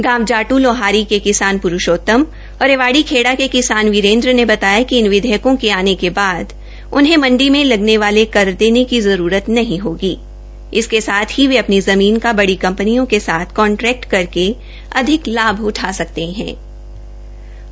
गांव जाट् लोहारी के किसान पुरूषोत्तम और खिवाड़ीखेड़ा के किसान विरेन्द्र ने बताया कि इन विघेयकों के ॅआने के बाद उन्हें मण्डी में लगने वाले कर देने की जरूरत नहीं होगीं इसके साथ ही वे अपनी जमीन का बडी कंपनियों के साथ कॉन्टैक्ट करके अधिक लाभ उठा पाएगे